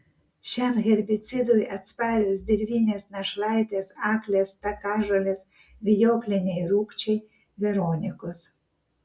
šiam herbicidui atsparios dirvinės našlaitės aklės takažolės vijokliniai rūgčiai veronikos